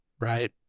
right